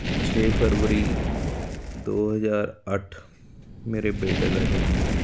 ਛੇ ਫਰਵਰੀ ਦੋ ਹਜ਼ਾਰ ਅੱਠ ਮੇਰੇ ਬੇਟੇ ਦਾ ਜਨਮਦਿਨ